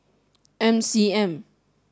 M C M